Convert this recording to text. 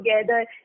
together